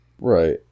Right